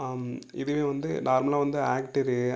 இதுவே வந்து நார்மலாக வந்து ஆக்டரு